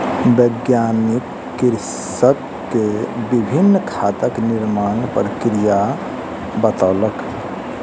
वैज्ञानिक कृषक के विभिन्न खादक निर्माण प्रक्रिया बतौलक